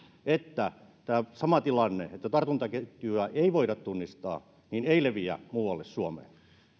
että tämä sama tilanne että tartuntaketjuja ei voida tunnistaa ei leviä muualle suomeen